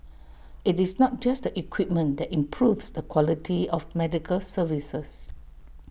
IT is not just the equipment that improves the quality of medical services